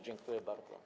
Dziękuję bardzo.